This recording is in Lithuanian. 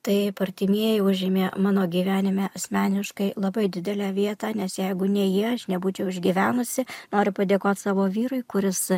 taip artimieji užėmė mano gyvenime asmeniškai labai didelę vietą nes jeigu ne jie aš nebūčiau išgyvenusi noriu padėkot savo vyrui kuris